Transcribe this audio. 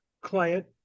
client